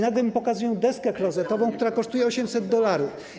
Nagle mu pokazują deskę klozetową, która kosztuje 800 dolarów.